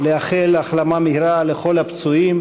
לאחל החלמה מהירה לכל הפצועים.